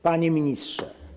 Panie Ministrze!